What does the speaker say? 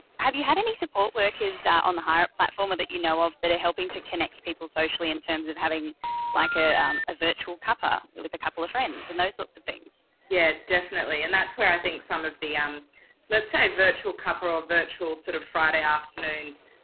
have you had any support workers on the hireup platform that you know of that are helping to connect people socially in terms of having like a virtual cuppa with a couple of friends and those sorts of things? poppy yeah, definitely. and that's where i think some of the, um let's say virtual cuppa or ah virtual sort of friday afternoon,